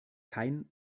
kein